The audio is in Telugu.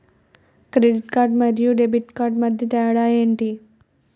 క్రెడిట్ కార్డ్ మరియు డెబిట్ కార్డ్ మధ్య తేడా ఎంటి?